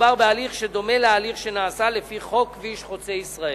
מדובר בהליך שדומה להליך שנעשה לפי חוק כביש חוצה-ישראל.